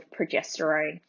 progesterone